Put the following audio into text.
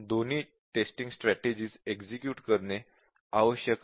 दोन्ही testing strategies execute करणे आवश्यक आहे